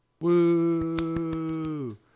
Woo